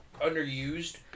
underused